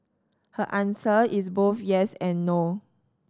her answer is both yes and no